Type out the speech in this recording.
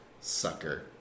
sucker